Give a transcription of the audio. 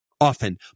Often